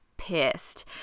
pissed